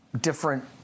different